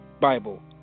Bible